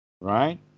Right